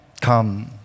come